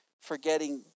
forgetting